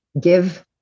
give